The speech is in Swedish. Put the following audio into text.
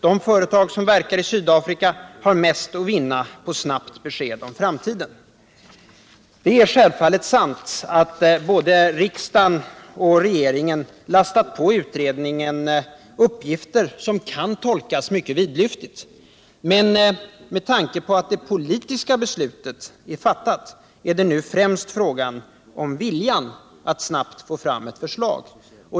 De företag som verkar i Sydafrika har mest att vinna på ett snabbt besked om framtiden. Det är självfallet sant att både riksdagen och regeringen har lastat på utredningen uppgifter som kan tolkas mycket vidlyftigt, men med tanke på att det politiska beslutet är fattat är det nu främst fråga om viljan att snabbt få fram ett förslag.